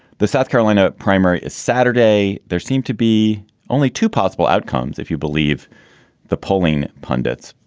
the south carolina primary is saturday. there seemed to be only two possible outcomes, if you believe the polling pundits.